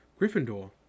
Gryffindor